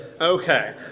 Okay